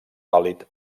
vàlid